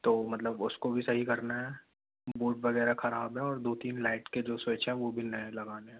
तो मतलब उसको भी सही करना है बोर्ड वगैरह खराब हैं और दो तीन लाइट के जो स्विच हैं वो भी नए लगाने हैं